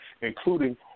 including